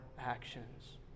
actions